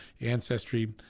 ancestry